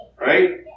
Right